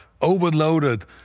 overloaded